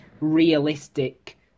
realistic